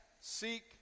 seek